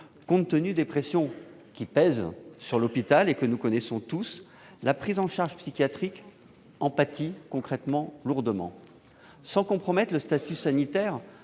Compte tenu des pressions qui pèsent sur l'hôpital, que nous connaissons tous, la prise en charge psychiatrique en pâtit lourdement. Sans compromettre le statut sanitaire